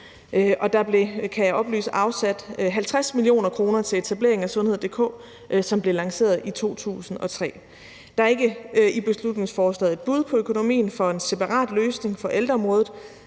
jeg oplyse, afsat 50 mio. kr. til etablering af sundhed.dk, som blev lanceret i 2003. Der er ikke i beslutningsforslaget et bud på økonomien for en separat løsning for ældreområdet.